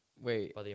Wait